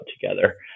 together